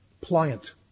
pliant